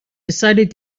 decided